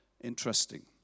Interesting